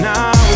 Now